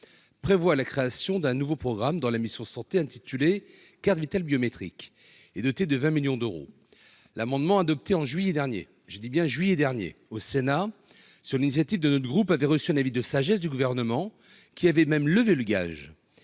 prévoit la création d'un nouveau programme dans la mission Santé intitulé carte Vitale biométrique et doté de 20 millions d'euros, l'amendement adopté en juillet dernier, je dis bien juillet dernier au Sénat sur l'initiative de notre groupe avait reçu un avis de sagesse du gouvernement qui avait même levé le gage,